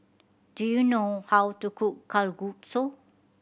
do you know how to cook Kalguksu